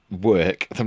work